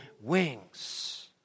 wings